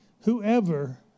whoever